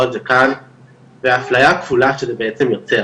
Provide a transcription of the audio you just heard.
על זה כאן ואפליה כפולה שזה בעצם יוצר,